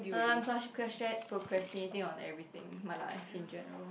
uh I'm cos~ costra~ procrastinating on everything in my life in general